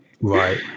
Right